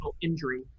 injury